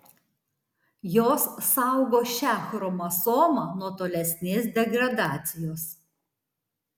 jos saugo šią chromosomą nuo tolesnės degradacijos